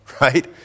right